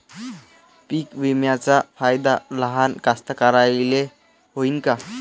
पीक विम्याचा फायदा लहान कास्तकाराइले होईन का?